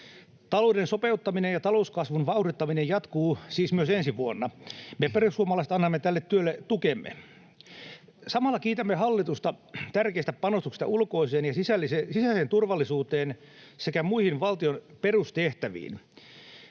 Talouden sopeuttaminen ja talouskasvun vauhdittaminen jatkuu siis myös ensi vuonna. Me perussuomalaiset annamme tälle työlle tukemme. Samalla kiitämme hallitusta tärkeistä panostuksista ulkoiseen ja sisäiseen turvallisuuteen sekä muihin valtion perustehtäviin.